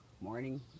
morning